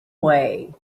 way